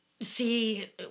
see